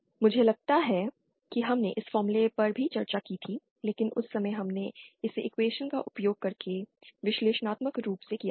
मुझे लगता है कि हमने इस फॉर्मूले पर भी चर्चा की थी लेकिन उस समय हमने इसे इक्वेशन का उपयोग करके विश्लेषणात्मक रूप से किया था